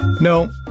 No